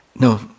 No